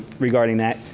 regarding that.